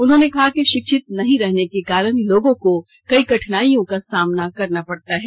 उन्होंने कहा कि शिक्षित नहीं रहने के कारण लोगों को कई कठिनाइयों का सामना करना पड़ता है